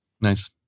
Nice